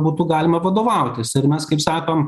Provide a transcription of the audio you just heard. būtų galima vadovautis ir mes kaip sakom